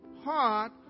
heart